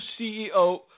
CEO